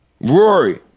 Rory